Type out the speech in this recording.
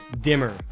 Dimmer